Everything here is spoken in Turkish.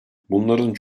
bunların